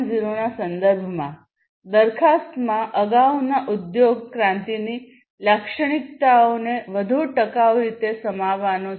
0 ના સંદર્ભમાં દરખાસ્તમાં અગાઉના ઉદ્યોગ ક્રાંતિની લાક્ષણિકતાઓને વધુ ટકાઉ રીતે સમાવવાનો છે